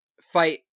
fight